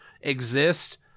exist